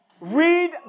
Read